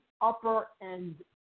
upper-end